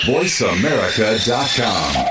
VoiceAmerica.com